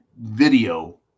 video